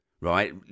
right